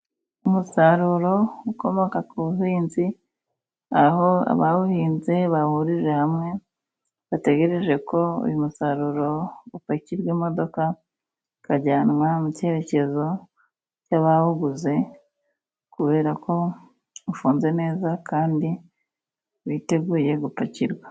Umusaruro ukomoka ku buhinzi aho abawuhinze bahurije hamwe bategereje ko uyu musaruro upakirwa imodoka ukajyanwa mu cyerekezo cy'abawuguze kubera ko ufunze neza kandi witeguye gupakirwa.